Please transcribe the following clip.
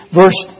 verse